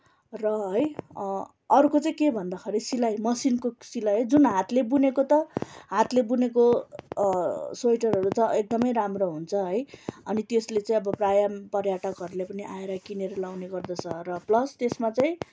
र है अर्को चाहिँ के भन्दाखेरि सिलाई मसिनको सिलाई है जुन हातले बुनेको त हातले बुनेको सोइटरहरू त एकदमै राम्रो हुन्छ है अनि तेस्ले चै आबो प्रायः पर्यटकहरूले पनि आएर किनेर लाउने गर्दछ र प्लस तेस्मा चैँ